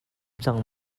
cang